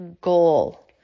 goal